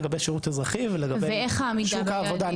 לגבי שירות אזרחי ולגבי שוק העבודה.